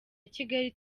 kigali